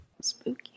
Spooky